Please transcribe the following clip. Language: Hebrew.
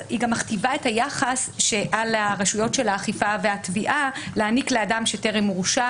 מכתיבה את היחס שעל רשויות האכיפה והתביעה להעניק לאדם שטרם הורשע